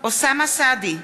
אוסאמה סעדי,